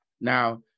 Now